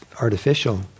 artificial